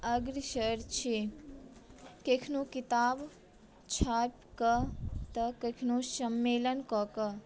अग्रसर छी कखनो किताब छापिकऽ तऽ कखनो सम्मेलन कऽ कऽ